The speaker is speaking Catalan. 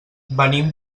venim